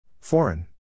Foreign